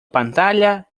pantalla